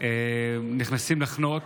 נכנסים לחנות,